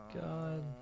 God